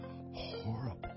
horrible